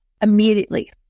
immediately